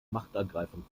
machtergreifung